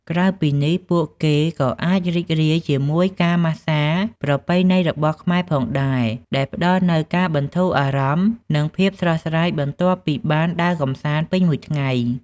ក្រៅពីនេះ ពួកគេក៏អាចរីករាយជាមួយការម៉ាស្សាប្រពៃណីរបស់ខ្មែរផងដែរ ដែលផ្តល់នូវការបន្ធូរអារម្មណ៍ និងភាពស្រស់ស្រាយបន្ទាប់ពីបានដើរកម្សាន្តពេញមួយថ្ងៃ។